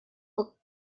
will